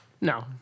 No